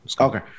Okay